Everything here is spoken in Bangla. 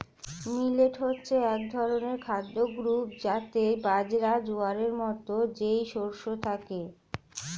মিলেট হচ্ছে এক ধরনের খাদ্য গ্রূপ যাতে বাজরা, জোয়ারের মতো যেই শস্য থাকে